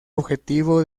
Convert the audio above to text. objetivo